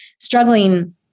struggling